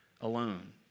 alone